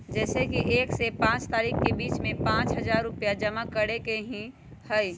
जैसे कि एक से पाँच तारीक के बीज में पाँच हजार रुपया जमा करेके ही हैई?